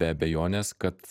be abejonės kad